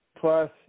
plus